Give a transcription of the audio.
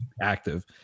active